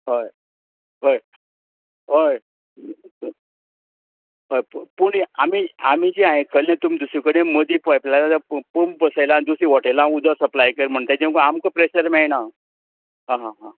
हय हय हय हय पूण आमी आमी जे आयकल्लें तुमी दुसरें कडेन मदीं पायप लायनाक पंप बसयलां आनी दुसरें हॉटेलांक उदक केलां ताजें म्हूण आमकां प्रेशर मेळना आं हां हां